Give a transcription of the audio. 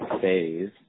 phase